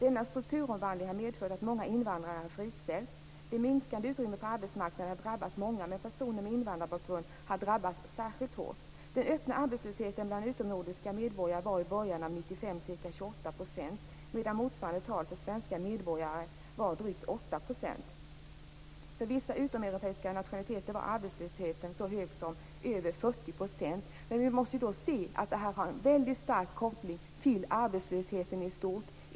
Denna strukturomvandling har medfört att många invandrare har friställts. Det minskade utrymmet på arbetsmarknaden har drabbat många, men personer med invandrarbakgrund har drabbats särskilt hårt. Den öppna arbetslösheten bland utomnordiska medborgare var i början av år 1995 ca 28 %, medan motsvarande tal för svenska medborgare var drygt 8 %. För vissa utomeuropeiska nationaliteter var arbetslösheten så hög som över 40 %. Men vi måste se att detta har en väldigt stark koppling till arbetslösheten i stort.